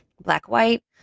Black-white